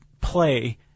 play